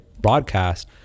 broadcast